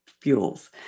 fuels